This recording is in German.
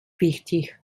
wichtig